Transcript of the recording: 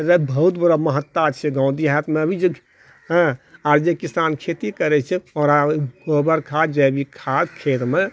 रऽ बहुत बड़ा महत्ता छै गाँव दिहातमे आ जे किसान खेती करै छै ओकरा ओ गोबर खाद्य जैविक खाद्य खेतमे